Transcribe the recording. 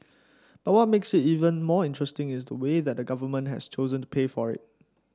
but what makes it even more interesting is the way the Government has chosen to pay for it